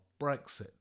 brexit